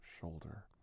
shoulder